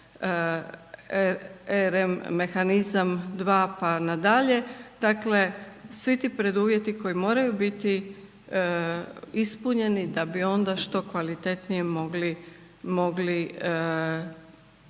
RM mehanizam 2 pa na dalje. Dakle svi ti preduvjeti koji moraju biti ispunjeni da bi onda što kvalitetnije mogli ostvarivati